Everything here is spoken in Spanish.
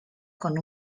con